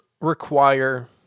require